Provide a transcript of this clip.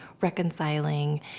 reconciling